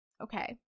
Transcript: okay